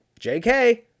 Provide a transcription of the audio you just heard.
JK